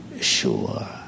sure